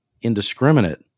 indiscriminate